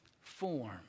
form